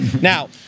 Now